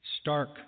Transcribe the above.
stark